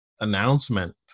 announcement